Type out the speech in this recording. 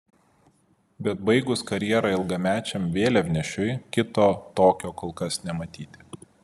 bet baigus karjerą ilgamečiam vėliavnešiui kito tokio kol kas nematyti